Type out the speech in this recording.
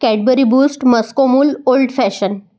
Cadbury boost moscow mule old fashion